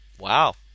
wow